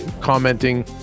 commenting